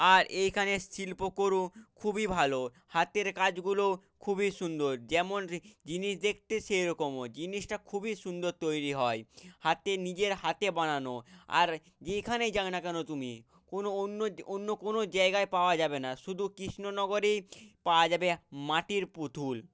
আর এইখানের শিল্পকারু খুবই ভালো হাতের কাজগুলো খুবই সুন্দর যেমন জিনিস দেখতে সেরকমও জিনিসটা খুবই সুন্দর তৈরি হয় হাতে নিজের হাতে বানানো আর যেইখানেই যাও না কেনো তুমি কোনও অন্য অন্য কোনও জায়গায় পাওয়া যাবে না শুধু কৃষ্ণনগরেই পাওয়া যাবে মাটির পুতুল